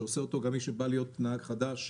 שעושה אותו גם מי שבא להיות נהג חדש,